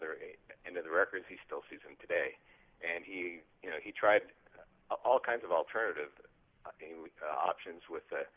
of the end of the records he still sees him today and he you know he tried all kinds of alternative options with